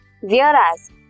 Whereas